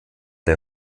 der